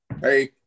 Hey